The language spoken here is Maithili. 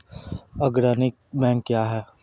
अग्रणी बैंक क्या हैं?